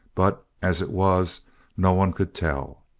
but as it was no one could tell.